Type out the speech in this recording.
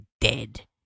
dead